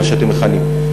מה שאתם מכנים.